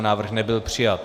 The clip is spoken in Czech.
Návrh nebyl přijat.